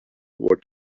what